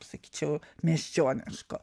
sakyčiau miesčioniško